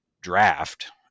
draft